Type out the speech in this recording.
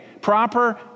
proper